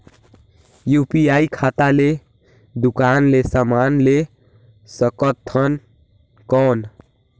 UPI खाता ले दुकान ले समान ले सकथन कौन?